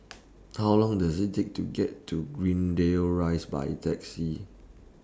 How Long Does IT Take to get to Greendale Rise By Taxi